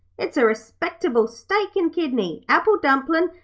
it's a respectable steak-and-kidney, apple-dumplin',